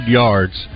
yards